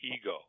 ego